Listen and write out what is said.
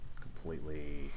completely